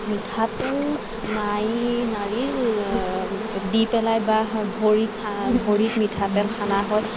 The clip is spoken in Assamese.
মিঠাতেল নাই নাড়ীৰ দি পেলাই বা ভৰিত হাঁ ভৰিত মিঠাতেল সানা হয়